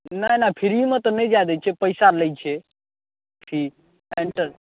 नहि नहि फिरी मे तऽ नहि जाय दै छै पैसा लै छै फीस एन्टर